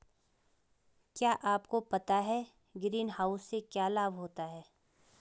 क्या आपको पता है ग्रीनहाउस से क्या लाभ होता है?